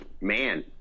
Man